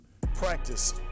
practice